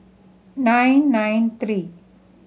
nine nine three